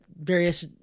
various